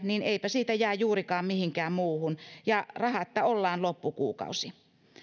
niin eipä siitä jää juurikaan mihinkään muuhun ja rahatta ollaan loppukuukausi